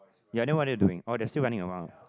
ya then what are they doing oh they are still running around